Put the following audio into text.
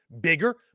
bigger